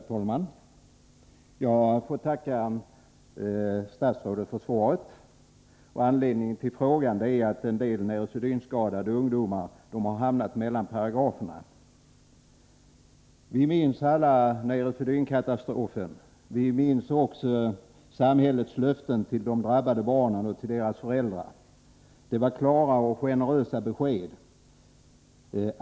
Herr talman! Jag får tacka statsrådet för svaret. Anledningen till frågan är att en del neurosedynskadade ungdomar har hamnat mellan paragraferna. Vi minns alla neurosedynkatastrofen. Vi minns också samhällets löften till de drabbade barnen och till deras föräldrar. Det var klara och generösa besked.